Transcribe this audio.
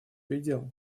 предел